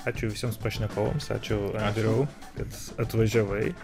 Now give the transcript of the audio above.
ačiū visiems prašnekovams ačiū andriau kad atvažiavai